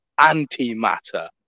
antimatter